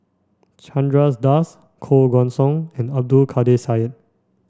Chandra Das Koh Guan Song and Abdul Kadir Syed